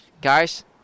guys